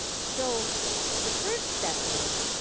so the first step is,